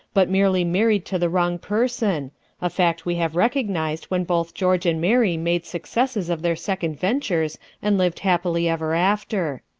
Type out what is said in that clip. but merely married to the wrong person a fact we have recognized when both george and mary made successes of their second ventures and lived happily ever after.